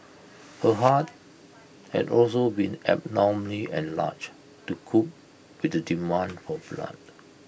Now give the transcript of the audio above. her heart had also been abnormally enlarged to cope with the demand for blood